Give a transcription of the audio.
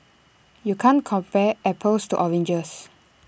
you can't compare apples to oranges